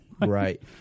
Right